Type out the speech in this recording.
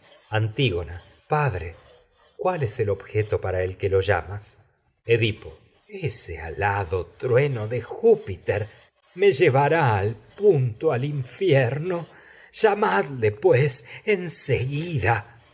antígona llamas padre cuál es el objeto para el que lo edipo ese alado trueno de jiípiter en me llevará al punto al infierno